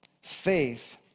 faith